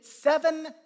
seven